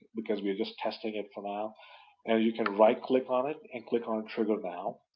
because we're just testing it for now, and you can right-click on it and click on and trigger now,